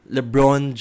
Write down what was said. LeBron